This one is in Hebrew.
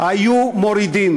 היו מורידות